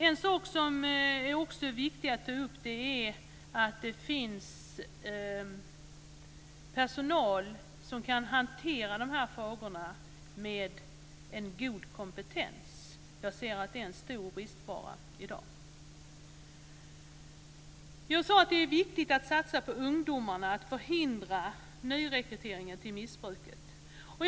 En sak som också är viktig att ta upp är att det finns personal som kan hantera de här frågorna med en god kompetens. Jag ser att det är en stor bristvara i dag. Jag sade att det är viktigt att satsa på ungdomarna och att förhindra nyrekryteringen till missbruket.